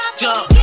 jump